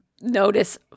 notice